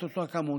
את אותה כמות.